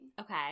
Okay